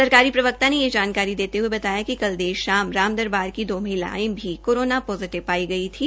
सरकारी प्रवक्ता ने यह जानकारी देते हये बताया कि कल देर शाम राम दरबार की दो महिलायें भी कोरोना पोजिटिव पाई गई थी